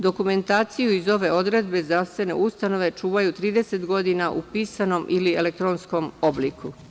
Dokumentaciju iz ove odredbe zdravstvene ustanove čuvaju 30 godina u pisanom ili elektronskom obliku.